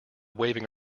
waving